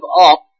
up